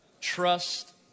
Trust